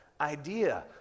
idea